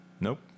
Nope